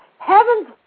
Heaven's